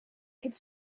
could